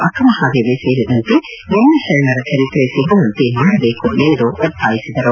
ಅಕ್ಕಮಹಾದೇವಿ ಸೇರಿದಂತೆ ಎಲ್ಲಾ ಶರಣರ ಚರಿತ್ರೆ ಸಿಗುವಂತೆ ಮಾಡಬೇಕು ಎಂದು ಒತ್ತಾಯಿಸಿದರು